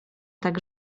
tak